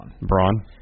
Braun